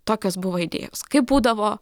tokios buvo idėjos kaip būdavo